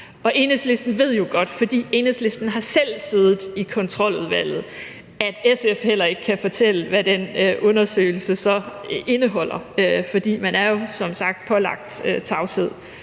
Enhedslisten ved jo godt, fordi Enhedslisten selv har siddet i Kontroludvalget, at SF heller ikke kan fortælle, hvad den undersøgelse så indeholder, for man er jo som sagt pålagt tavshedspligt